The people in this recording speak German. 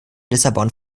lissabon